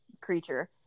creature